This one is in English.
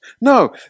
No